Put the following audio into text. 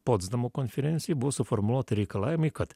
potsdamo konferencijoj buvo suformuoti reikalavimai kad